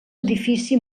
edifici